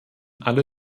alle